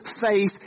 faith